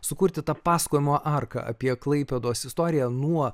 sukurti tą pasakojimo arką apie klaipėdos istoriją nuo